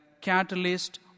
catalyst